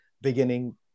beginning